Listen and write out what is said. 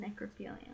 necrophilia